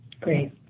Great